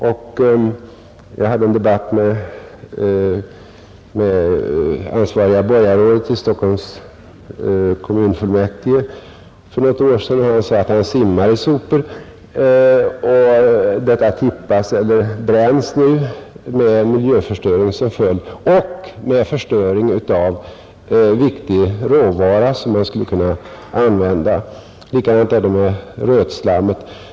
Jag hade för något år sedan en debatt med det på detta område ansvariga borgarrådet i Stockholms stadsfullmäktige, och han sade att han simmar i sopor. Dessa tippas nu eller bränns upp med miljöförstöring som följd eller med förstöring av värdefull råvara som man skulle kunna använda. Likadant är det med rötslammet.